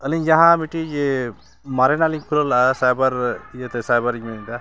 ᱟᱹᱞᱤᱧ ᱡᱟᱦᱟᱸ ᱢᱤᱫᱴᱤᱡ ᱢᱟᱨᱮᱱᱟᱜ ᱞᱤᱧ ᱠᱷᱩᱞᱟᱹᱣ ᱞᱮᱜᱼᱟ ᱥᱟᱭᱵᱟᱨ ᱤᱭᱟᱹᱛᱮ ᱥᱟᱭᱵᱟᱨᱤᱧ ᱢᱮᱱᱫᱟ